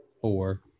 four